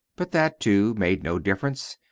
but that, too, made no difference.